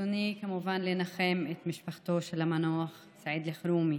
ברצוני כמובן לנחם את משפחתו של המנוח סעיד אלחרומי,